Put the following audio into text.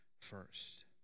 first